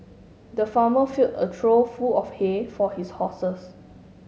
the farmer filled a trough full of hay for his horses